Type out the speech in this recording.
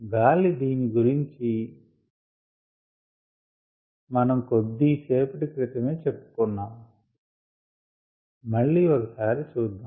గాలి దీని గురుంచి మనం కొద్దీ సేపటి క్రితమే చెప్పుకున్నాము మళ్ళి ఒక సారి చూద్దాం